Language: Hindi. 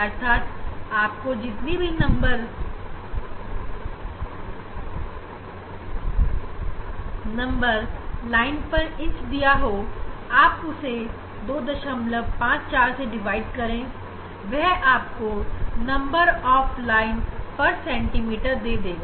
अर्थात आपको जितनी भी नंबर ऑफ लाइन पर इंच दिया हो उसे आप 254 से भाग करें वह आपको नंबर ऑफ लाइन पर सेंटीमीटर दे देगा